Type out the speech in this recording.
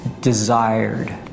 desired